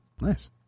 Nice